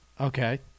Okay